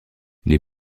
les